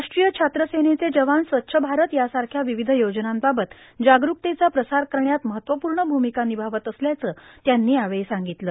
राष्ट्रीय छात्र सेनेचे जवान स्वच्छ भारत सारख्या र्वावध योजनांबाबत जागरूकतेचा प्रसार करण्यात महत्वपूण भ्रामका निभावत असल्याचं त्यांनी यावेळी सांगितलं